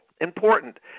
important